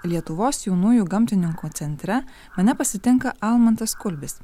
lietuvos jaunųjų gamtininkų centre mane pasitinka almantas kulbis